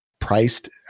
priced